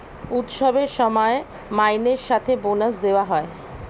উৎসবের সময় মাইনের সাথে বোনাস দেওয়া হয়